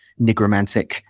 nigromantic